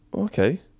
Okay